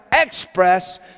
express